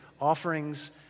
offerings